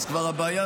אז הבעיה,